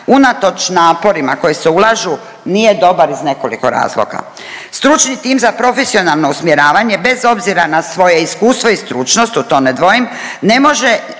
unatoč naporima koji se ulažu nije dobar iz nekoliko razloga. Stručni tim za profesionalno usmjeravanje bez obzira na svoje iskustvo i stručnost u to ne dvojim ne može